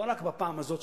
לא רק בפעם הזאת,